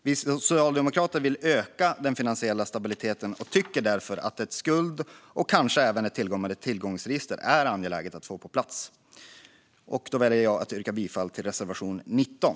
Vi socialdemokrater vill öka den finansiella stabiliteten och tycker därför att det är angeläget att få på plats ett skuldregister och kanske även ett tillkommande tillgångsregister. Jag väljer att yrka bifall till reservation 19.